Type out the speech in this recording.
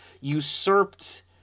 usurped